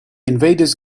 invaders